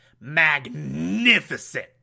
magnificent